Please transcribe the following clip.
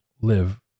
live